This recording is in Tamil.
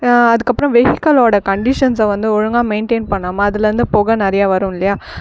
அதுக்கு அப்புறம் வெஹிகள்லோடய கண்டிஷன்ஸை வந்து ஒழுங்காக மெயின்டைன் பண்ணாமல் அதுலருந்து புக நிறையா வரும் இல்லையா